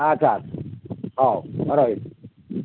ଆଛା ଆଛା ହେଉ ହଁ ରହିଲି